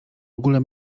ogóle